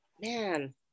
man